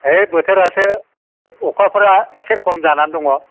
है बोथोरासो अखाफोरा एसे खम जाना दं